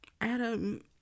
Adam